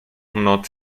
noc